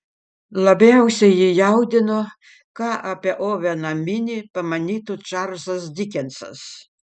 labiausiai jį jaudino ką apie oveną minį pamanytų čarlzas dikensas